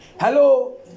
Hello